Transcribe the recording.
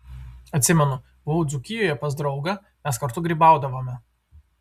atsimenu buvau dzūkijoje pas draugą mes kartu grybaudavome